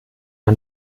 man